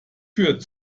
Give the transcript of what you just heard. führt